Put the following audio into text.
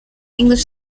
english